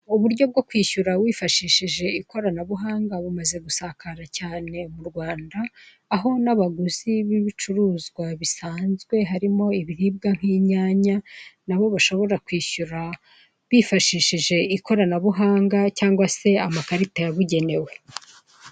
Uburyo bwo kwishyura wifashishije ikoranabuhanga bumaze gusakara cyane mu Rwanda aho n'abaguzi b'ibicuruzwa bisanzwe harimo ibiribwa nk'inyanya nabo bashobora kwishyura bifashishije ikoranabuhanga cyangwa se amakarita yabugenewe.